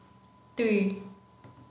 three